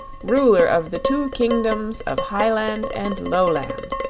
ruler of the two kingdoms of hiland and loland.